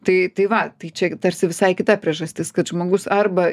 tai tai va tai čia tarsi visai kita priežastis kad žmogus arba